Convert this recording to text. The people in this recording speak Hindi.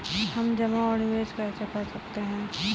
हम जमा और निवेश कैसे कर सकते हैं?